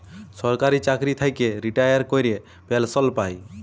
সরকারি চাকরি থ্যাইকে রিটায়ার ক্যইরে পেলসল পায়